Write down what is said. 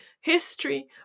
history